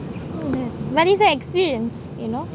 but it's an experience you know